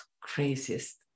craziest